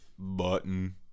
button